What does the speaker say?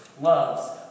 loves